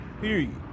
period